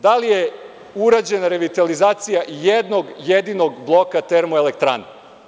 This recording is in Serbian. Da li je urađena revitalizacija jednog jedinog bloka termoelektrane?